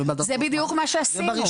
זה בדיוק מה שעשינו.